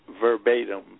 verbatim